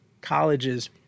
colleges